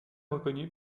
reconnu